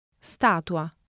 Statua